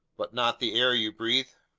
but not the air you breathe?